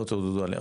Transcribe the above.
לא תעודדו עלייה,